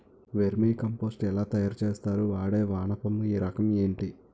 Vermi compost ఎలా తయారు చేస్తారు? వాడే వానపము రకం ఏంటి?